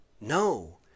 No